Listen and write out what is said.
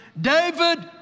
David